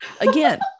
again